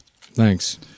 Thanks